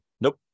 Nope